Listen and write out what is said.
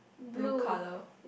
blue colour